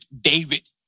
David